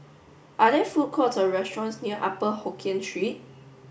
are there food courts or restaurants near Upper Hokkien Street